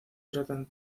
tratan